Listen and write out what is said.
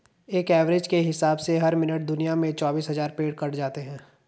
एक एवरेज के हिसाब से हर मिनट दुनिया में चौबीस हज़ार पेड़ कट जाते हैं